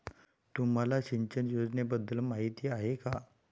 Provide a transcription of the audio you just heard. तुम्हाला सिंचन योजनेबद्दल माहिती आहे का?